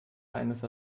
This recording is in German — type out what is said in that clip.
eines